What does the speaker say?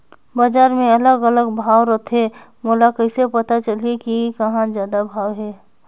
बजार मे अलग अलग भाव रथे, मोला कइसे पता चलही कि कहां जादा भाव हे?